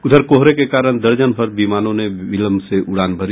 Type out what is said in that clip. उधर कोहरे के कारण दर्जनभर विमानों ने विलंब से उड़ान भरी